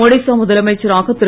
ஒடிசா முதலமைச்சராக திரு